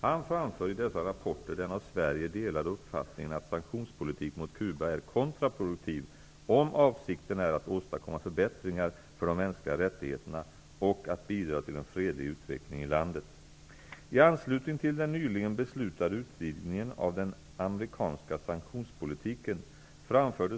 Han framför i dessa rapporter den av Sverige delade uppfattningen att sanktionspolitik mot Cuba är kontraproduktiv om avsikten är att åstadkomma förbättringar för de mänskliga rättigheterna och att bidra till en fredlig utveckling i landet.